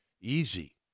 easy